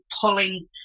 pulling